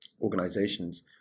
organizations